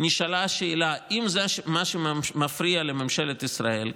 נשאלה השאלה: אם זה מה שמפריע לממשלת ישראל,